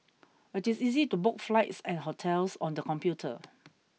It is easy to book flights and hotels on the computer